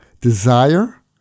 desire